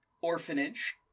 orphanage